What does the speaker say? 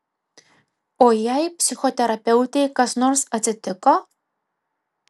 o jei psichoterapeutei kas nors atsitiko